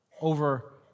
over